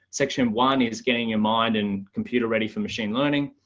section one is getting your mind and computer ready for machine learning.